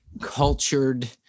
cultured